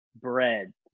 bread